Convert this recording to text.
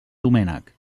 doménec